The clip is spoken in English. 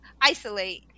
isolate